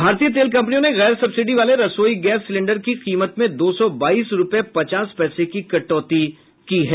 भारतीय तेल कम्पनियों ने गैर सब्सिडी वाले रसोई गैस सिलेंडर की कीमत में दो सौ बाईस रूपये पचास पैसे की कटौती की है